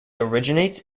originates